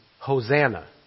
Hosanna